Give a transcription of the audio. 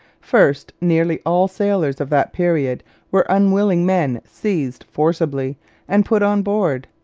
first, nearly all sailors of that period were unwilling men seized forcibly and put on board.